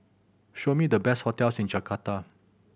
show me the best hotels in Jakarta